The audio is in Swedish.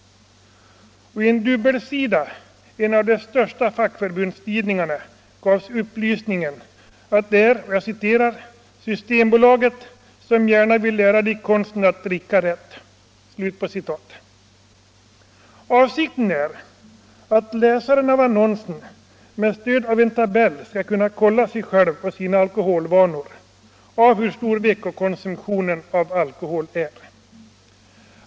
På en dubbelsida i en av våra största fackförbundstidningar gavs upplysningen att det är, som det stod, systembolaget som gärna vill lära dig konsten att dricka rätt. Avsikten är att läsaren av annonsen med stöd av en tabell skall kunna kolla sig själv och sina alkoholvanor, se hur stor veckokonsumtionen av alkohol är.